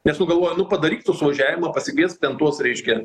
nes jau galvojo nu padaryk tu suvažiavimą pasikviesk ten tuos reiškia